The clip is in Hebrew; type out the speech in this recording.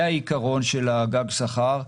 זה העיקרון של הגג שכר.